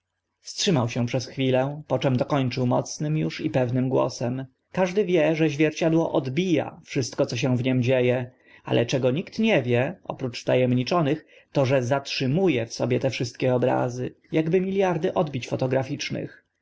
wstrzymał się przez chwilę po czym dokończył mocnym uż i pewnym głosem każdy wie że zwierciadło odbija wszystko co się przed nim dzie e ale czego nikt lustro nie wie oprócz wta emniczonych to że zatrzymuje w sobie te wszystkie obrazy akby miliardy odbić fotograficznych